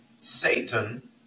Satan